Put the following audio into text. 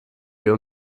wir